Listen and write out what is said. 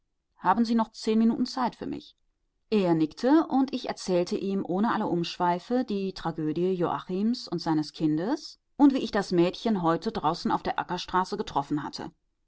haben sie noch zehn minuten zeit für mich er nickte und ich erzählte ihm ohne alle umschweife die tragödie joachims und seines kindes und wie ich das mädchen heute draußen auf der ackerstraße getroffen hatte